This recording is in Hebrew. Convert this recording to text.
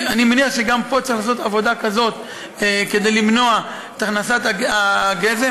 אני מניח שגם פה צריך לעשות עבודה כזאת כדי למנוע את הכנסת הגזם.